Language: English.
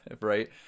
Right